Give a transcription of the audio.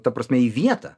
ta prasme į vietą